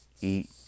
eat